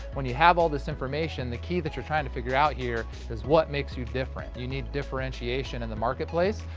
when you have all this information, the key that you're trying to figure out here is what makes you different. you need differentiation in the marketplace,